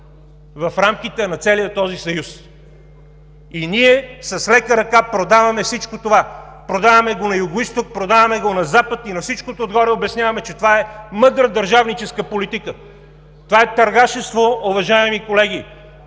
в рамките на целия този съюз, и ние с лека ръка продаваме всичко това! Продаваме го на Югоизток, продаваме го на Запад и на всичкото отгоре обясняваме, че това е мъдра държавническа политика. Това е търгашество, уважаеми колеги